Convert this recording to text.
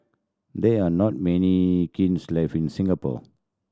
there are not many kilns left in Singapore